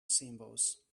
symbols